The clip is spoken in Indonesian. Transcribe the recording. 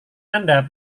anda